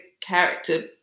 character